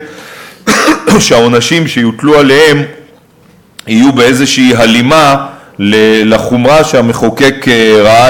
שהעונשים שיוטלו עליהם יהיו באיזושהי הלימה לחומרה שהמחוקק ראה